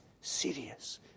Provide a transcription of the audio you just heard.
serious